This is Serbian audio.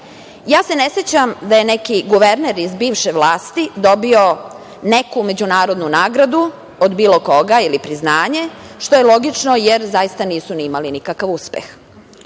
Ne sećam se da je neki guverner iz bivše vlasti dobio neku međunarodnu nagradu od bilo koga ili priznanje, što je logično, jer zaista nisu imali nikakav